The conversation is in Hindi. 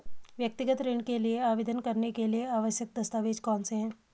व्यक्तिगत ऋण के लिए आवेदन करने के लिए आवश्यक दस्तावेज़ कौनसे हैं?